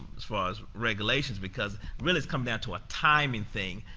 as far as regulation, because really, it's come down to a timing thing,